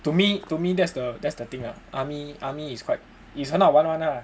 to me to me that's the that's the thing ah army army is quite is 很好玩 [one] ah